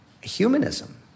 humanism